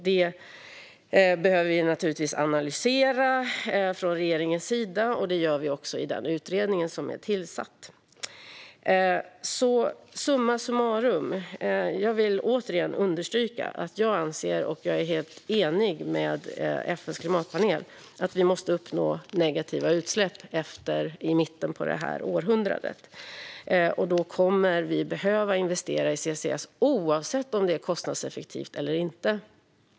Detta behöver vi naturligtvis analysera från regeringens sida, och det gör vi också i den utredning som är tillsatt. Summa summarum: Jag vill återigen understryka att jag är helt enig med FN:s klimatpanel om att vi måste uppnå negativa utsläpp i mitten av detta århundrade. Vi kommer att behöva investera i CCS oavsett om det är kostnadseffektivt eller inte.